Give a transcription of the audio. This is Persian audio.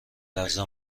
لحظه